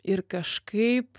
ir kažkaip